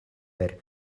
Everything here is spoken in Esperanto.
per